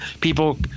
people